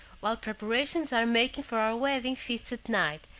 while preparations are making for our wedding feast at night,